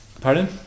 pardon